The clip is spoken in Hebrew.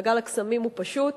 מעגל הקסמים הוא פשוט: